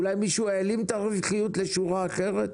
אולי מישהו העלים את הרווחיות לשורה אחרת